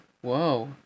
Whoa